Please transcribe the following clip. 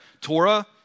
Torah